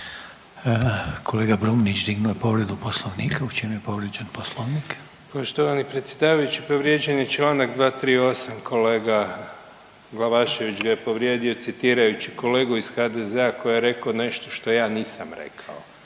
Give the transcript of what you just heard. Kolega Brumnić dignuo je povredu poslovnika. U čem je povrijeđen poslovnik? **Brumnić, Zvane (Nezavisni)** Poštovani predsjedavajući. Povrijeđen je čl. 238. kolega Glavašević ga je povrijedio citirajući kolegu iz HDZ-a koji je rekao nešto što ja nisam rekao.